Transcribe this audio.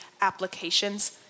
applications